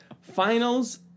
Finals